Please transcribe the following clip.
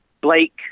Blake